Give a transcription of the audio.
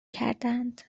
کردند